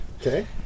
Okay